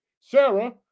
Sarah